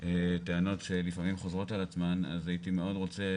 טענות שלפעמים חוזרות על עצמן, אז הייתי מאוד רוצה